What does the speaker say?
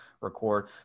record